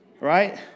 Right